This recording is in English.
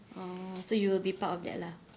oh so you will be part of that lah